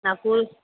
நான் ஸ்கூல்